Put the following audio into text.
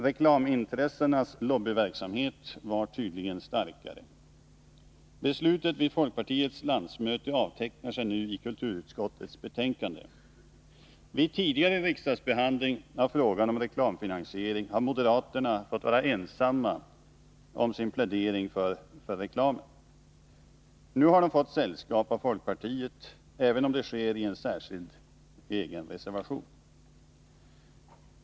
Reklamintressenas lobbyverksamhet var tydligen starkare. Beslutet vid folkpartiets landsmöte avtecknar sig nu i kulturutskottets betänkande. Vid tidigare riksdagsbehandling av frågan om reklamfinansiering har moderaterna fått vara ensamma om sin plädering för reklamen. Nu har de fått sällskap av folkpartiet, även om det sker i en särskild reservation.